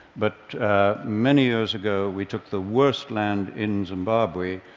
but many years ago, we took the worst land in zimbabwe,